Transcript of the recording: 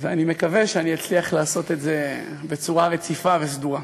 ואני מקווה שאצליח לעשות את זה בצורה רציפה וסדורה.